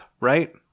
right